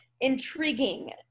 intriguing